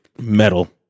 metal